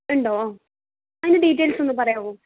ഉണ്ടോ അതിൻ്റെ ഡീറ്റെയിൽസ് ഒന്ന് പറയാമോ